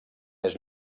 més